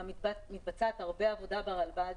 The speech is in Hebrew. מתבצעת הרבה עבודה ברלב"ד,